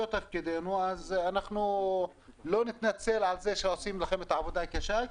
זה תפקידנו ואנחנו לא נתנצל על זה שאנחנו עושים לכם עבודה קשה,